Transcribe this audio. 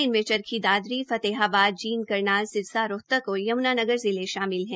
इनमें चरखी दादरी फतेहाबाद जींद करनाल सिरसा रोहतक और यमुनानगर जिले शामिल है